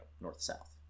north-south